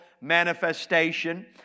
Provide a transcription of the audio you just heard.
manifestation